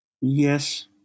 yes